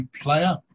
player